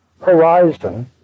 horizon